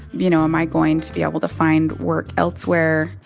you know, am i going to be able to find work elsewhere?